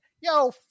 yo